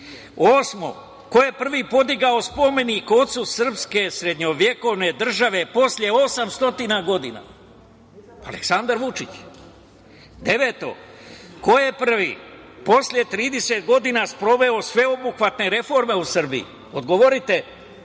Vučić. Ko je prvi podigao spomenik ocu srpske srednjovekovne države posle 800 godina? Aleksandar Vučić. Ko je prvi posle 30 godina sproveo sveobuhvatne reforme u Srbiji? Odgovorite